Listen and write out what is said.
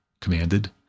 commanded